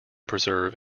preserve